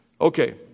Okay